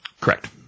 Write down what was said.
Correct